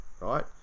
right